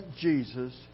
Jesus